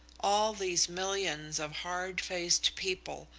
all these millions of hard-faced people,